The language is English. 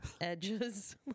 edges